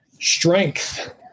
Strength